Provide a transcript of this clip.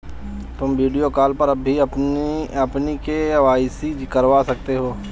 तुम video call पर भी अपनी के.वाई.सी करवा सकती हो